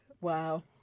Wow